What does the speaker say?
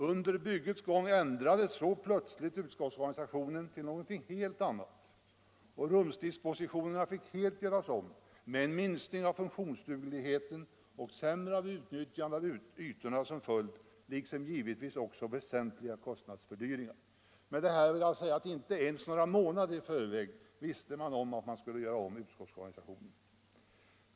Under byggets gång ändrades så plötsligt utskottsorganisationen till något helt annat och rumsdispositionerna fick helt göras om med minskning av funktionsdugligheten och sämre utnyttjande av ytorna som följd liksom givetvis också väsentliga kostnadsfördyringar. Med detta vill jag säga att inte ens några månader i förväg visste man om att man skulle göra om utskottsorganisationen.